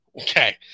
Okay